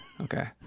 Okay